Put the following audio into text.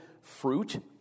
fruit